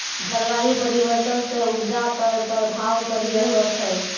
जलवायु परिवर्तन से उपजा पर प्रभाव पड़ी रहलो छै